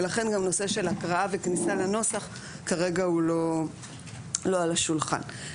ולכן גם נושא של הקראה וכניסה לנוסח כרגע הוא לא על השולחן.